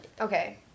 Okay